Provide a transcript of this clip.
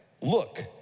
Look